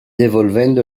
evolvendo